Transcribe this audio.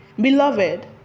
Beloved